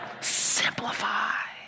Simplify